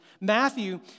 Matthew